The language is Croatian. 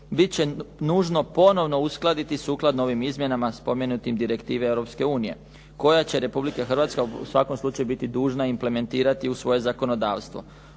bit će nužno ponovno uskladiti sukladno ovim izmjenama spomenutim direktive Europske unije koje će Republika Hrvatska u svakom slučaju biti dužna implementirati u svoje zakonodavstvo.